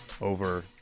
over –